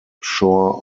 shore